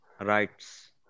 rights